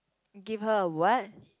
give her a what